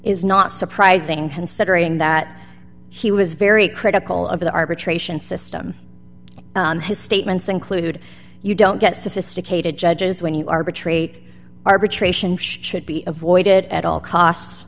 is not surprising considering that he was very critical of the arbitration system his statements include you don't get sophisticated judges when you arbitrate arbitration should be avoided at all costs